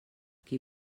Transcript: qui